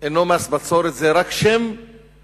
אינו מס בצורת, זה רק שם למס